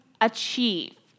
achieve